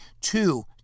two